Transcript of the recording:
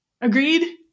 Agreed